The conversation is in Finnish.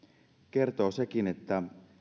kertoo sekin että